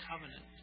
covenant